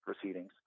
proceedings